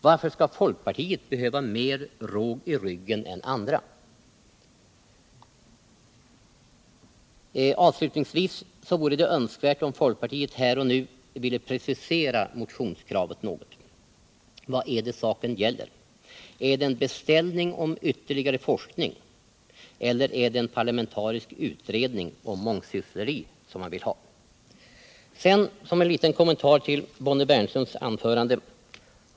Varför skall folkpartiet behöva mer råg i ryggen än andra? Avslutningsvis vore det önskvärt om folkpartiet här och nu ville precisera motionskravet något. Vad gäller saken? Är det en beställning om ytterligare forskning, eller är det en parlamentarisk utredning om mångsyssleri som man vill ha? Sedan en liten kommentar till Bonnie Bernströms anförande.